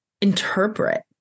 interpret